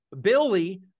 Billy